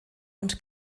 und